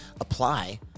apply